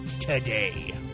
today